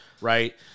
Right